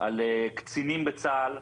בקצינים בצה"ל,